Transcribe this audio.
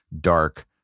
Dark